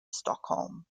stockholm